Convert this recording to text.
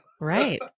Right